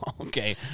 okay